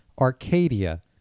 Arcadia